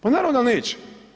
Pa naravno da neće.